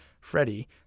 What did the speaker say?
Freddie